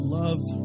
love